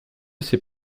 sais